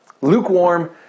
Lukewarm